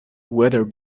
whether